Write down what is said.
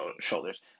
shoulders